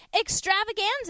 Extravaganza